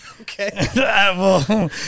Okay